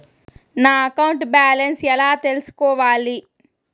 నా account balance ఎలా తెల్సుకోవాలి